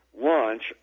launch